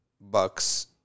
bucks